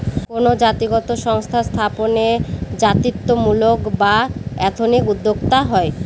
কোনো জাতিগত সংস্থা স্থাপনে জাতিত্বমূলক বা এথনিক উদ্যোক্তা হয়